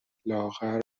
لاغر